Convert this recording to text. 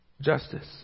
justice